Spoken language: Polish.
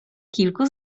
kilku